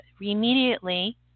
immediately